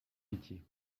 pitié